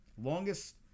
Longest